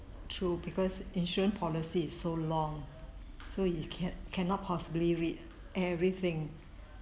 true because insurance policy is so long so you can cannot possibly read everything